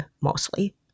mostly